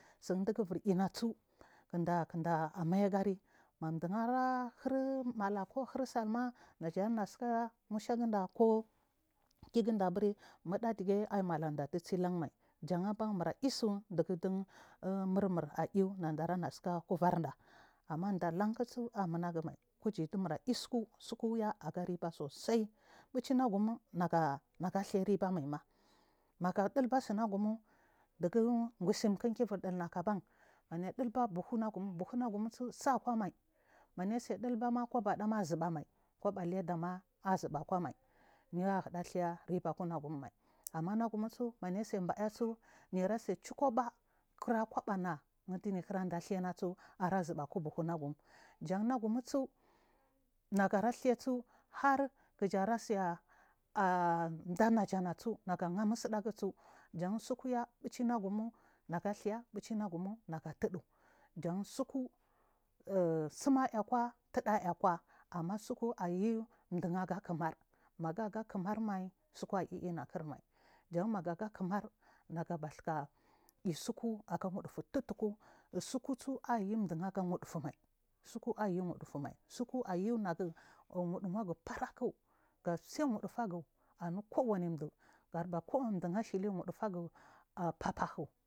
Tsinɗigu bur inatsu kiɗa amaigari maduhahiri maɗa kuhir ma najana tsika mushagida koki gundabiri muda ɗiye aimalaɗadi tsilamai janhey ban nurisu ɗign ɗimurmu aiyu neɗara natsi ka kullarɗa amma ɗalank tsuaya numagumai kuyidumura itsukutsuku agaribba tsusai bucinagatem nagathuri bemaims negeɗibe tsinegum ɗign gusimk ɗibur ɗing keban managaɗilba buhunagum buhunagumtsu sakwamai maya tsiɗibama kubeɗa a zibamai ɗamam azuba kwa ai yara ghathr tiba aku unagumai ammunagumsumaya tsi baya tsu yaratse sukubaa kira ko bana nikir dath anasu ara zuba aku buhu negum nagara ghasu har kijarasa anɗanajanasu naga ghanusu ɗagusu jau suku yabi chinegum negathur buchinage m nage tutɗu ja an tsuku auri tsima ikwa kiɗa kwa tsuku ayu dum agakumar nagaga kimar maisuku a yinakirmai jammaga gekimar naga betsika itsuku aga wuɗufu thurku tsukusu aiy duna ga tsuku ayinagu wuduwa agu farak gasstse wudufagu anukuwamindu kuwani ɗu ahili.